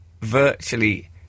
virtually